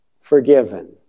forgiven